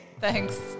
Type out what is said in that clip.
Thanks